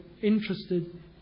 interested